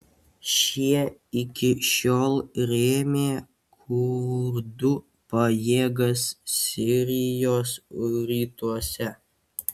šie iki šiol rėmė kurdų pajėgas sirijos rytuose